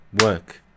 work